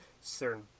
certain